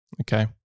Okay